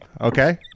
okay